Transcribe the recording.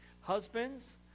Husbands